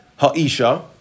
Haisha